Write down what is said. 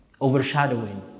overshadowing